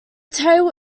tail